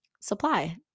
supply